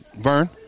Vern